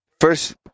First